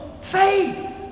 faith